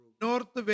North